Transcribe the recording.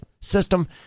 system